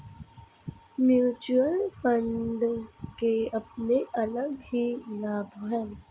mutual fund के अपने अलग ही लाभ हैं